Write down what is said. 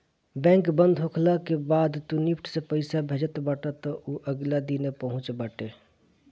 bank बंद होखला के बाद तू निफ्ट से पईसा भेजत बाटअ तअ उ अगिला दिने पहुँचत बाटे